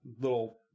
little